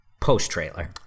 post-trailer